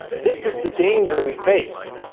this is the danger we face